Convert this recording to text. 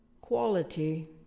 quality